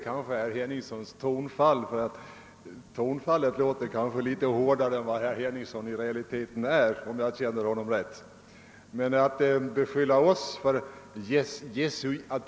Kanske herr Henningssons tonfall låter hårdare än vad herr Henningsson i realiteten är — det är nog så oem jag känner honom rätt.